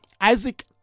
Isaac